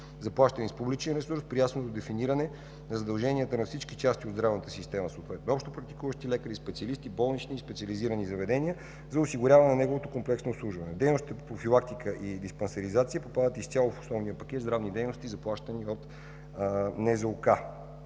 заплащани с публичен ресурс, при ясно дефиниране на задълженията на всички части от здравната система, съответно: общопрактикуващи лекари, лекари специалисти, болнични и други специализирани заведения, за осигуряване на неговото комплексно обслужване. Дейностите по профилактика и диспансеризация попадат изцяло в основния пакет здравни дейности, заплащани от НЗОК.